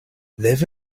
live